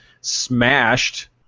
smashed